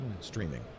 streaming